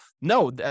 no